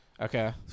Okay